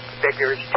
Figures